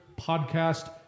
Podcast